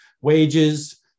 wages